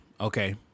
Okay